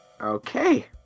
Okay